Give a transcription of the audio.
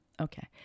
okay